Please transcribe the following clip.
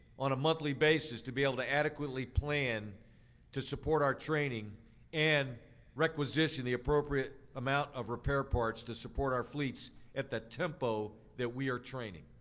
on a monthly basis, to be able to adequately plan to support our training and requisition the appropriate amount of repair parts to support our fleets at the tempo that we are training.